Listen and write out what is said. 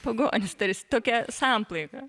pagonys tarsi tokia samplaika